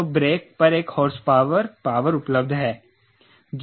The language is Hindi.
तो ब्रेक पर एक हॉर्सपावर पावर उपलब्ध है